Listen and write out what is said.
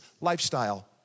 lifestyle